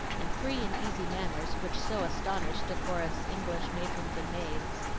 and free-and-easy manners which so astonish decorous english matrons and maids.